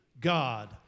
God